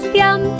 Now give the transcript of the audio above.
yum